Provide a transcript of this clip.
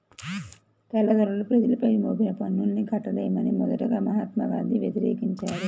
తెల్లదొరలు ప్రజలపై మోపిన పన్నుల్ని కట్టలేమని మొదటగా మహాత్మా గాంధీ వ్యతిరేకించారు